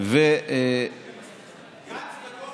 השטחים, גנץ בטוח לא ראה מפה.